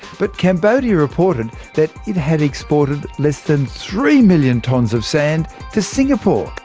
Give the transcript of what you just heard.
but cambodia reported that it had exported less than three million tonnes of sand to singapore.